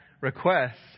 request